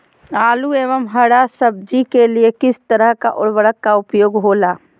आलू एवं हरा सब्जी के लिए किस तरह का उर्वरक का उपयोग होला?